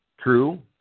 True